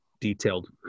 detailed